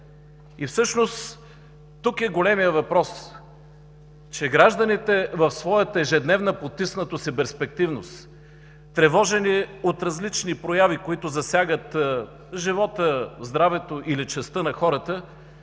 Всъщност тук е големият въпрос – че гражданите в своята ежедневна потиснатост и безперспективност, тревожени от различни прояви, които засягат живота, здравето или честта на хората,